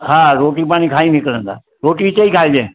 हा रोटी पाणी खाई निकरंदा रोटी हिते ई खाइजांइ